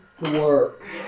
work